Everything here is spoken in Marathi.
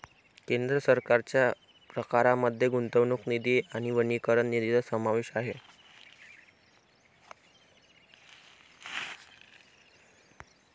केंद्र सरकारच्या प्रकारांमध्ये गुंतवणूक निधी आणि वनीकरण निधीचा समावेश आहे